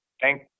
thank